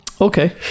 okay